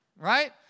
right